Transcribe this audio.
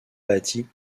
bâti